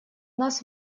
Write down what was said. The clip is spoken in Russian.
нас